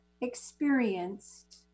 experienced